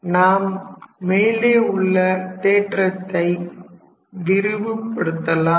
நாம் மேலே உள்ள தேற்றத்தை விரிவுபடுத்தலாம்